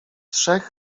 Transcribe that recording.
trzech